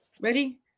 ready